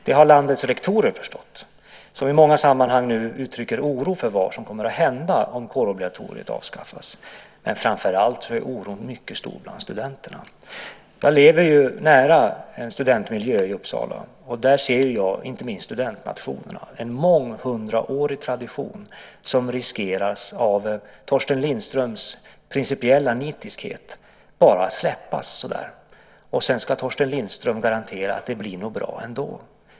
Det har landets rektorer förstått, som i många sammanhang nu uttrycker oro för vad som kommer att hända om kårobligatoriet avskaffas. Men framför allt är oron mycket stor bland studenterna. Jag lever ju nära en studentmiljö i Uppsala, och där ser jag inte minst i studentnationerna en månghundraårig tradition som av Torsten Lindströms principiella nitiskhet riskerar att släppas bara så där. Och sedan ska Torsten Lindström garantera att det nog blir bra ändå.